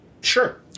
Sure